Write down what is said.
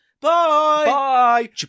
Bye